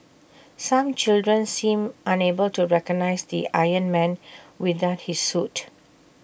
some children seemed unable to recognise the iron man without his suit